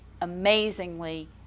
amazingly